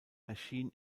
erschien